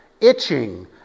itching